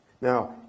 Now